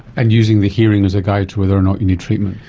and using the hearing as a guide to whether or not you need treatment.